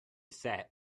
sat